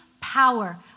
power